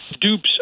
dupes